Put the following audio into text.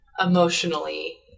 emotionally